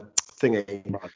thingy